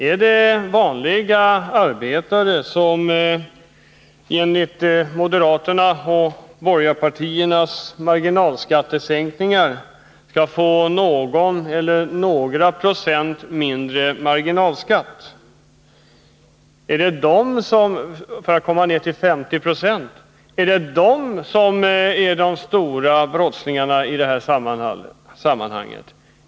Är det vanliga arbetare som genom moderaternas och borgarpartiernas marginalskattesänkningar skall få någon eller några procent mindre marginalskatt och därmed komma ner till en marginalskatt på 50 26? Är det de som är de stora brottslingarna i detta sammanhang?